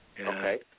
Okay